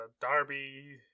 Darby